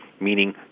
meaning